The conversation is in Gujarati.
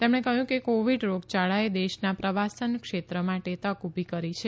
તેમણે કહયું કે કોવિડ રોગયાળાએ દેશના પ્રવાસન ક્ષેત્ર માટે તક ઉભી કરી છે